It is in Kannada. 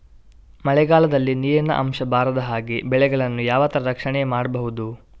ಮಳೆಗಾಲದಲ್ಲಿ ನೀರಿನ ಅಂಶ ಬಾರದ ಹಾಗೆ ಬೆಳೆಗಳನ್ನು ಯಾವ ತರ ರಕ್ಷಣೆ ಮಾಡ್ಬಹುದು?